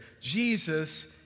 Jesus